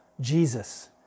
Jesus